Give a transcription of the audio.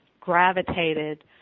gravitated